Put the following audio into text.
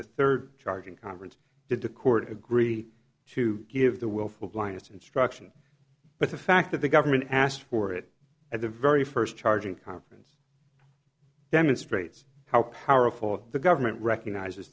the third charge in conference did the court agree to give the willful blindness instruction but the fact that the government asked for it at the very first charging conference demonstrates how powerful the government recognizes